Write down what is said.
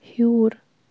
ہیٚوٗر